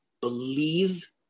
believe